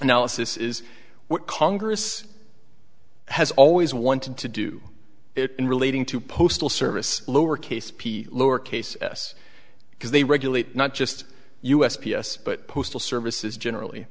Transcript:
analysis is what congress has always wanted to do it in relating to postal service lower case p lower case s because they regulate not just u s p s but postal services generally